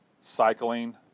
cycling